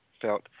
felt